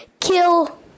kill